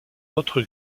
autre